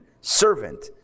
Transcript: servant